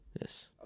Yes